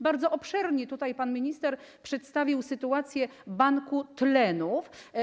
Bardzo obszernie tutaj pan minister przedstawił sytuację banków tlenu.